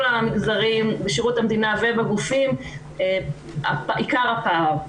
המגזרים בשירות המדינה ובגופים את עיקר הפער,